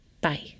Bye